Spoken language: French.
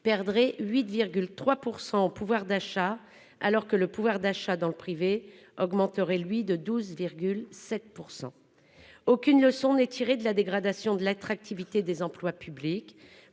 perdrait 8,3% au pouvoir d'achat, alors que le pouvoir d'achat dans le privé augmenterait lui de 12,7%. Aucune leçon n'est tiré de la dégradation de l'attractivité des emplois publics.